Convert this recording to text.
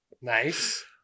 Nice